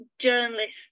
journalists